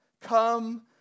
Come